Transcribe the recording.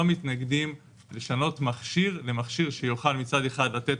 לא מתנגדים לשנות מכשיר למכשיר שיוכל מצד אחד לתת